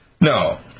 No